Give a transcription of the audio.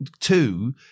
two